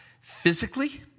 physically